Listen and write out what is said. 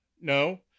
No